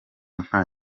nta